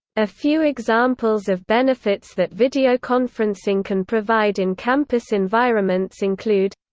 a few examples of benefits that videoconferencing can provide in campus environments include